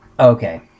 okay